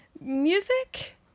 Music